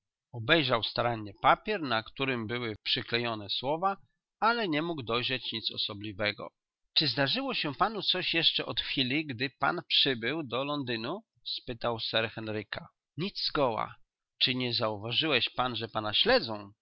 obejrzał starannie papier na którym były przyklejone słowa ale nie mógł dojrzeć nic osobliwego czy zdarzyło się panu co jeszcze od chwili gdyś pan przybył do londynu spytał sir henryka nic zgoła czy nie zauważyłeś pan że pana śledzą